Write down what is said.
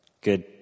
good